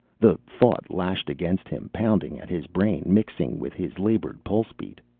the thought lashed against him, pounding at his brain, mixing with his labored pulse-beat.